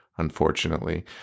Unfortunately